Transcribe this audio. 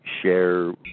share